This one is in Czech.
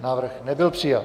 Návrh nebyl přijat.